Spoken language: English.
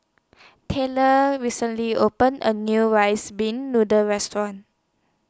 Tayler recently opened A New Rice Pin Noodles Restaurant